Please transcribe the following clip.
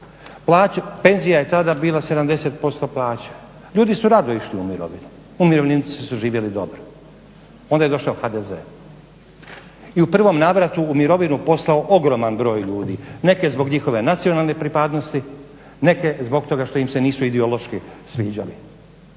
Penzija je tada bila 70% plaće, ljudi su rado išli u mirovinu, umirovljenici su živjeli dobro. Onda je došao HDZ i u prvom navratu u mirovinu poslao ogroman broj ljudi, neke zbog njihove nacionalne pripadnosti, neke zbog toga što im se nisu ideološki sviđali.